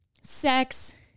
sex